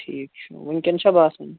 ٹھیٖک چھُ وُںکیٚن چھا باسان